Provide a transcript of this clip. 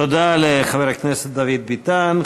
תודה לחבר הכנסת דוד ביטן.